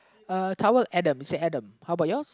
uh towel Adam say Adam how about yours